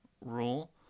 rule